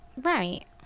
Right